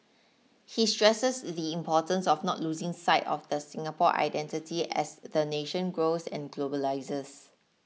he stresses the importance of not losing sight of the Singapore identity as the nation grows and globalises